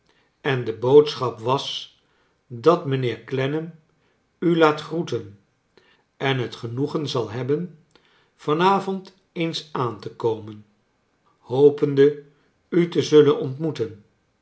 en de boodschap was dat mijnheer clennam u laat groeten en het genoegen zal hebben van avond eens aan te komen hopende u te zullen ontmoeten